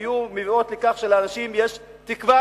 היו מביאות לכך שלאנשים יש תקווה,